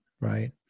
Right